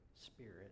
spirit